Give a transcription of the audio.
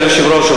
אדוני היושב-ראש,